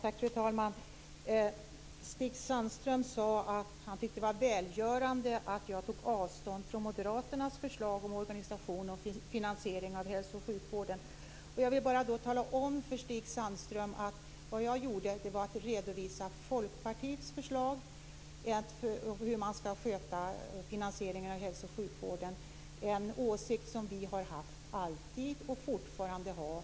Fru talman! Stig Sandström sade att han tyckte att det var välgörande att jag tog avstånd från Moderaternas förslag om organisation och finansiering av hälso och sjukvården. Jag vill tala om för Stig Sandström att det jag gjorde var att redovisa Folkpartiets förslag till finansiering av hälso och sjukvården. Det är en åsikt som vi alltid har haft och som vi fortfarande har.